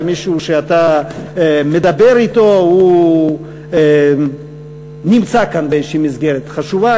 ומישהו שאתה מדבר אתו נמצא כאן באיזה מסגרת חשובה,